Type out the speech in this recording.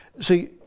see